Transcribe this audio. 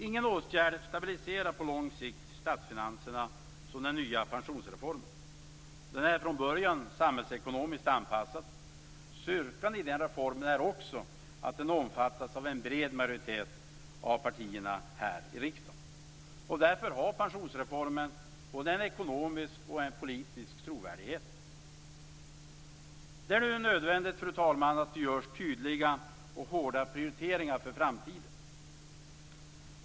Ingen åtgärd stabiliserar på lång sikt statsfinanserna så som den nya pensionsreformen gör. Den är från början samhällsekonomiskt anpassad. En styrka i den reformen är också att den omfattas av en bred majoritet av partierna här i riksdagen. Därför har pensionsreformen både ekonomisk och politisk trovärdighet. Det är nu, fru talman, nödvändigt att det görs tydliga och hårda prioriteringar för framtiden.